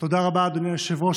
תודה רבה, אדוני היושב-ראש.